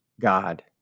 God